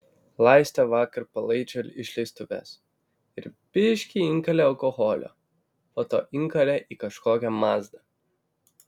laistė vakar palaičio išleistuves ir biškį inkalė alkoholio po to inkalė į kažkokią mazdą